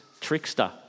trickster